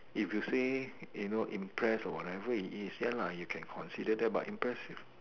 if you say you know impress or whatever it is ya lah you can consider that but impressive